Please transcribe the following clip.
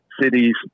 cities